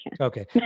Okay